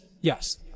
yes